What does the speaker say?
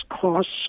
costs